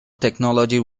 technology